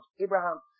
Abraham